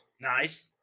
Nice